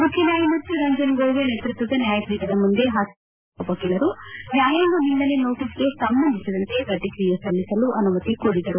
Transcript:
ಮುಖ್ಯ ನ್ಯಾಯಮೂರ್ತಿ ರಂಜನ್ ಗೊಗೊಯ್ ನೇತೃತ್ವದ ನ್ವಾಯಪೀಠದ ಮುಂದೆ ಹಾಜರಾದ ರಾಹುಲ್ಗಾಂಧಿ ಪರ ವಕೀಲರು ನ್ಯಾಯಾಂಗ ನಿಂದನೆ ನೋಟೀಸ್ಗೆ ಸಂಬಂಧಿಸಿದಂತೆ ಪ್ರತಿಕ್ರಿಯೆ ಸಲ್ಲಿಸಲು ಅನುಮತಿ ಕೋರಿದರು